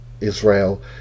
Israel